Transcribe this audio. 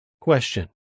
Question